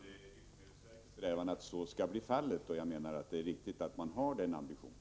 Herr talman! Det är livsmedelsverkets strävan att så skall bli fallet, och jag menar att det är riktigt att man har den ambitionen.